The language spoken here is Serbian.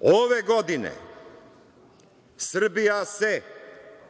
Ove godine Srbija se